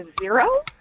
Zero